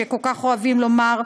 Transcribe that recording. שכל כך אוהבים לומר.